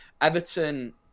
Everton